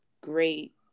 great